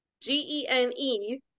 G-E-N-E